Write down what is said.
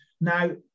now